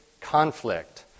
conflict